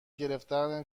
گرفتن